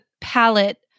palette